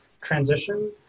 transition